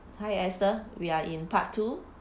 hi esther we are in part two